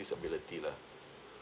disability lah